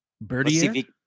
Birdie